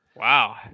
Wow